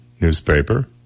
newspaper